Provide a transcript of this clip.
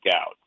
out